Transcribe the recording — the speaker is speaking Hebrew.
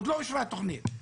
עוד לא אושרה התוכנית.